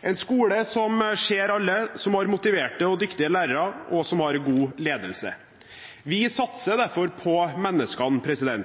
en skole som ser alle, som har motiverte og dyktige lærere, og som har god ledelse. Vi satser derfor på menneskene.